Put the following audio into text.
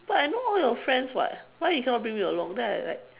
but I know all your friends [what] why you cannot bring me along that I like